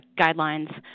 guidelines